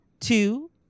two